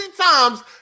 times